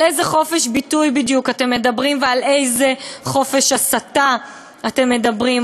על איזה חופש ביטוי בדיוק אתם מדברים ועל איזה חופש הסתה אתם מדברים,